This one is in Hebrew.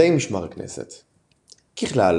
מדי משמר הכנסת ככלל,